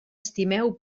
estimeu